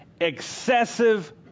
excessive